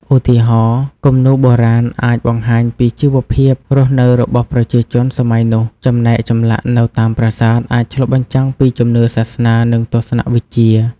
ឧទាហរណ៍ គំនូរបុរាណអាចបង្ហាញពីជីវភាពរស់នៅរបស់ប្រជាជនសម័យនោះ ចំណែកចម្លាក់នៅតាមប្រាសាទអាចឆ្លុះបញ្ចាំងពីជំនឿសាសនា និងទស្សនវិជ្ជា។